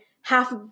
half